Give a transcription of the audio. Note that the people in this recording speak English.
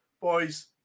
boys